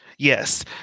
Yes